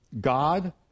God